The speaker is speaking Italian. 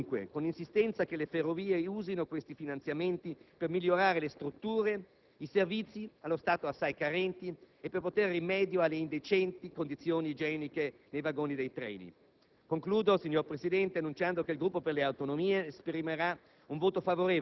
non sono sfruttate e, se lo sono, sono sfruttate molto male. Chiediamo dunque con insistenza che le Ferrovie utilizzino questi finanziamenti per migliorare le strutture e i servizi, allo stato assai carenti, e per porre rimedio alle indecenti condizioni igieniche nei vagoni dei treni.